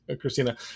Christina